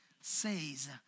says